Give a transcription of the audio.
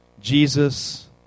Jesus